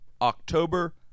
October